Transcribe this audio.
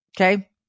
Okay